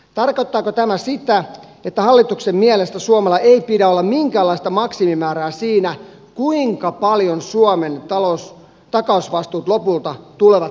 tarkoittaako tämä sitä että hallituksen mielestä suomella ei pidä olla minkäänlaista maksimimäärää siinä kuinka paljon suomen takausvastuut lopulta tulevat olemaan